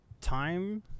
time